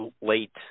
late